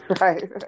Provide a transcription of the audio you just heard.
Right